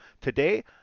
today